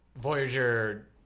Voyager